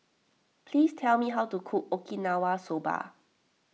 please tell me how to cook Okinawa Soba